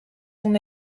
son